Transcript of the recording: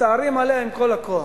מסתערים עליה עם כל הכוח.